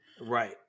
right